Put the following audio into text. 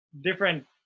different